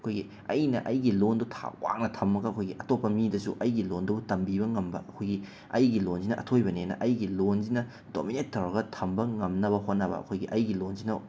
ꯑꯩꯈꯣꯏꯒꯤ ꯑꯩꯅ ꯑꯩꯒꯤ ꯂꯣꯟꯗꯣ ꯊꯥꯛ ꯋꯥꯡꯅ ꯊꯝꯃꯒ ꯑꯩꯈꯣꯏꯒꯤ ꯑꯇꯣꯞꯄ ꯃꯤꯗꯁꯨ ꯑꯩꯒꯤ ꯂꯣꯟꯗꯣ ꯇꯝꯕꯤꯕ ꯉꯝꯕ ꯑꯩꯈꯣꯏꯒꯤ ꯑꯩꯒꯤ ꯂꯣꯟꯁꯤꯅ ꯑꯊꯣꯏꯕꯅꯦꯅ ꯑꯩꯒꯤ ꯂꯣꯟꯁꯤꯅ ꯗꯣꯃꯤꯅꯦꯠ ꯇꯧꯔꯒ ꯊꯝꯕ ꯉꯝꯅꯕ ꯍꯣꯠꯅꯕ ꯑꯩꯈꯣꯏꯒꯤ ꯑꯩꯒꯤ ꯂꯣꯟꯁꯤꯅ